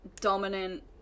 dominant